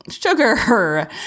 Sugar